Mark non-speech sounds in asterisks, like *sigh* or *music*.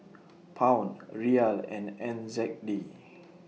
*noise* Pound Riyal and N Z D *noise*